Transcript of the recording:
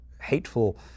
hateful